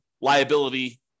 liability